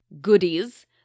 goodies